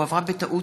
הועברה בטעות